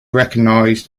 recognized